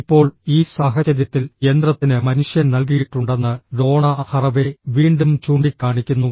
ഇപ്പോൾ ഈ സാഹചര്യത്തിൽ യന്ത്രത്തിന് മനുഷ്യൻ നൽകിയിട്ടുണ്ടെന്ന് ഡോണ ഹറവേ വീണ്ടും ചൂണ്ടിക്കാണിക്കുന്നു